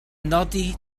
nodi